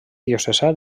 diocesà